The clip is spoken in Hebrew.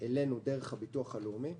אלינו דרך הביטוח הלאומי,